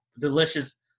delicious